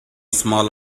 small